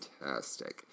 fantastic